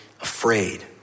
afraid